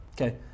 Okay